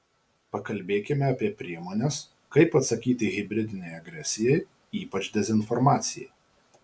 pakalbėkime apie priemones kaip atsakyti hibridinei agresijai ypač dezinformacijai